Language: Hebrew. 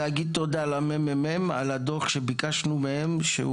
להגיד תודה למ.מ.מ על הדוח שביקשנו מהם,